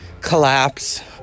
collapse